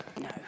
no